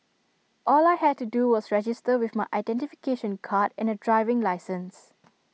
all I had to do was register with my identification card and A driving licence